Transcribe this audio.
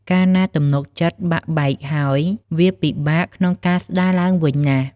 កាលណាទំនុកចិត្តបាក់បែកហើយ វាពិបាកក្នុងការស្ដារឡើងវិញណាស់។